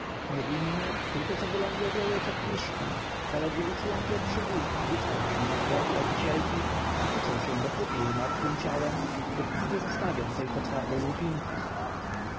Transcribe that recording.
niewinne tylko co wylęgłe z jajeczek liszki zaledwie uczują pierwszy głód rzucają się na zwłoki rodzicielki i tuczą się dopóty jej martwem ciałem dopóki nie zostawią tylko twardej łupinki